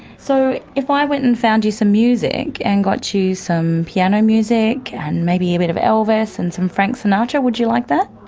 so if i went and found you some music and got you some piano music and maybe a bit of elvis and some frank sinatra, would you like that?